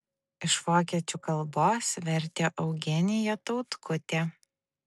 iš vokiečių kalbos vertė eugenija tautkutė